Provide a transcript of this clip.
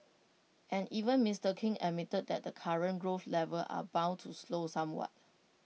and even Mister king admitted that the current growth levels are bound to slow somewhat